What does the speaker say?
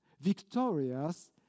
victorious